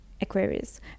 Aquarius